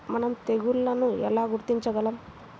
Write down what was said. మనం తెగుళ్లను ఎలా గుర్తించగలం?